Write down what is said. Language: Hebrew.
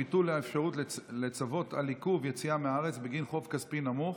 ביטול האפשרות לצוות על עיכוב יציאה מהארץ בגין חוב כספי נמוך),